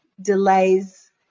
delays